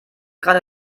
gerade